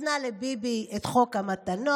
נתנה לביבי את חוק המתנות,